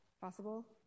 possible